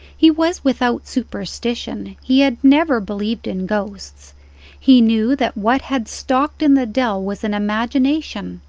he was without superstition, he had never believed in ghosts he knew that what had stalked in the dell was an imagination,